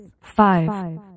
five